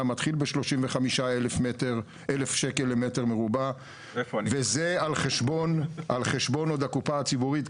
מתחיל ב-35,000 שקל למטר מרובע וזה על חשבון הקופה הציבורית,